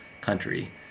country